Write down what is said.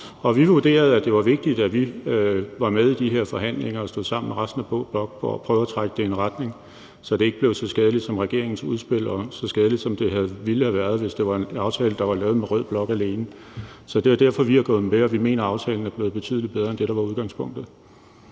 Og vi vurderede, at det var vigtigt, at vi var med i de her forhandlinger og stod sammen med resten af blå blok for at prøve at trække det i en retning, så det ikke blev så skadeligt, som regeringens udspil, og så skadeligt, som det ville have været, hvis det var en aftale, der var lavet med rød blok alene. Så det er derfor, vi er gået med. Og vi mener, at aftalen er blevet betydelig bedre end det, der var udgangspunktet.